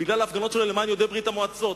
בגלל ההפגנות שלו למען יהודי ברית-המועצות.